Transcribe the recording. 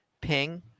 ping